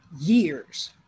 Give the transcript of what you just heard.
years